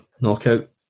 knockout